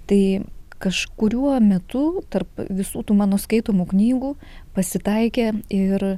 tai kažkuriuo metu tarp visų tų mano skaitomų knygų pasitaikė ir